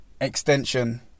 extension